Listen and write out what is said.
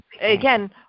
again